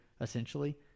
essentially